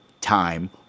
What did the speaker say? time